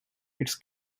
its